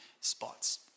spots